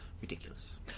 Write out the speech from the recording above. ridiculous